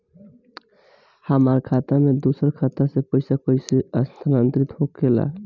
हमार खाता में दूसर खाता से पइसा कइसे स्थानांतरित होखे ला?